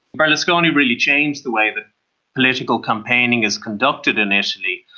berlusconi really changed the way that political campaigning is conducted in italy.